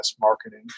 marketing